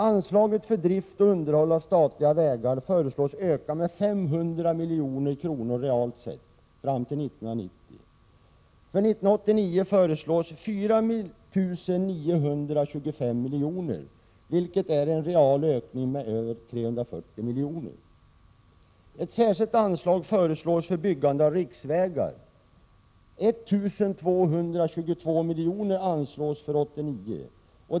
Anslaget för drift och underhåll av statliga vägar föreslås öka med 500 milj.kr. reellt sett fram till 1990. För 1989 föreslås 4 925 milj.kr., vilket är en real ökning med över 340 milj.kr. Ett särskilt anslag 15 föreslås för byggande av riksvägar. 1 222 milj.kr. föreslås anslaget för 1989.